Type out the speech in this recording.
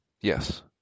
Yes